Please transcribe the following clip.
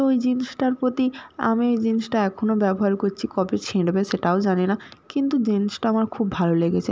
তো ওই জিন্সটার প্রতি আমি ওই জিন্সটা এখনও ব্যাবহার করছি কবে ছিঁড়বে সেটাও জানি না কিন্তু জিন্সটা আমার খুব ভালো লেগেছে